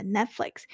Netflix